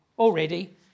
already